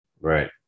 Right